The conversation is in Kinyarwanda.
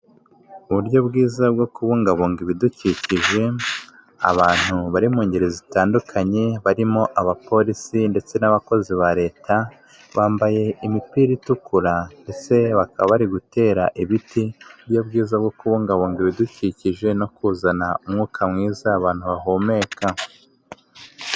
Uburyo bwiza bwo kubungabunga ibidukikije abantu bari mu ngeri zitandukanye barimo abapolisi ndetse n'abakozi ba leta bambaye imipira itukura, ndetse bakaba bari gutera ibiti uburyo bwiza bwo kubungabunga ibidukikije no kuzana umwuka mwiza abantu bahumeka.